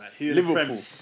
Liverpool